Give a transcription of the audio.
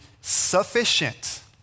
sufficient